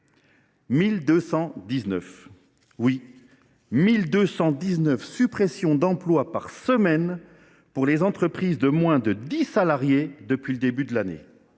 1 219 suppressions d’emplois par semaine pour les entreprises de moins de dix salariés depuis le début de l’année